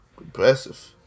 Impressive